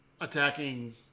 attacking